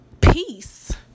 Peace